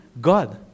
God